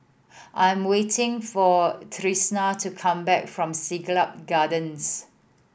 I am waiting for Tristian to come back from Siglap Gardens